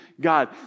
God